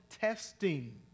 testing